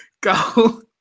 Go